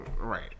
Right